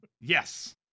yes